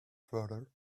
further